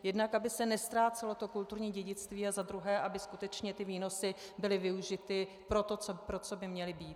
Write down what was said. Jednak aby se neztrácelo kulturní dědictví a za druhé, aby skutečně ty výnosy byly využity pro to, pro co by měly být.